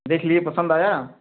देख लिए पसंद आया